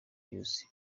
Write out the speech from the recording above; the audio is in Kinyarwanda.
byose